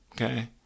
Okay